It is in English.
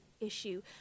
issue